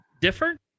different